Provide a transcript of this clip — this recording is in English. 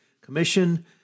commission